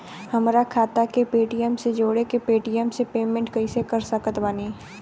हमार खाता के पेटीएम से जोड़ के पेटीएम से पेमेंट कइसे कर सकत बानी?